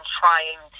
trying